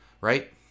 right